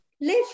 live